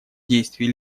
действий